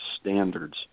Standards